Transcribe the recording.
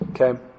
Okay